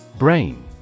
Brain